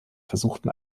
versuchten